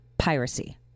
Piracy